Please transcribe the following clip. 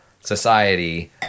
society